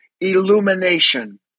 illumination